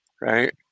Right